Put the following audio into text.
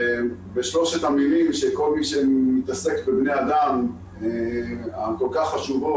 בשלוש המילים שכל מי שמתעסק בבני אדם יודע שהן כל כך חשובות,